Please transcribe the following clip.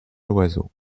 loiseau